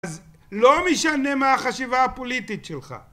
אז לא משנה מה החשיבה הפוליטית שלך.